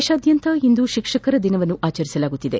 ದೇಶಾದ್ಯಂತ ಇಂದು ಶಿಕ್ಷಕರ ದಿನವನ್ನು ಆಚರಿಸಲಾಗುತ್ತಿದೆ